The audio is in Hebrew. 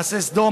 מעשה סדום,